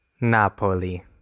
Napoli